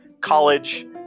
college